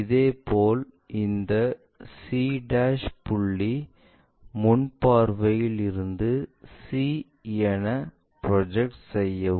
இதேபோல் இந்த c புள்ளி முன் பார்வையில் இருந்து c என ப்ரொஜெக்ட் செய்யவும்